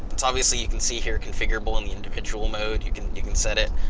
obviously you can see here configurable in the individual mode. you can you can set it.